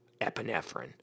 epinephrine